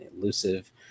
elusive